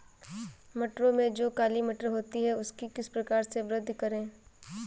मटरों में जो काली मटर होती है उसकी किस प्रकार से वृद्धि करें?